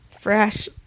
fresh